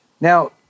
Now